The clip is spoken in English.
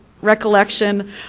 recollection